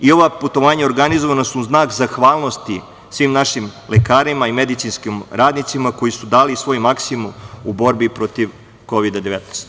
I ova putovanja organizovana su u znak zahvalnosti svim našim lekarima i medicinskim radnicima koji su dali svoj maksimum u borbi protiv Kovida - 19.